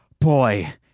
Boy